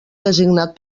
designat